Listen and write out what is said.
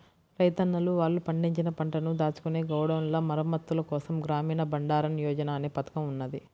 రైతన్నలు వాళ్ళు పండించిన పంటను దాచుకునే గోడౌన్ల మరమ్మత్తుల కోసం గ్రామీణ బండారన్ యోజన అనే పథకం ఉన్నది